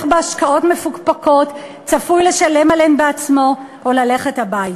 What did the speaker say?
בהשקעות מפוקפקות צפוי לשלם עליהן בעצמו או ללכת הביתה.